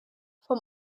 vom